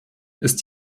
ist